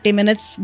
minutes